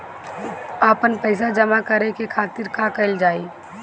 आपन पइसा जमा करे के खातिर का कइल जाइ?